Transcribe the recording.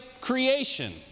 creation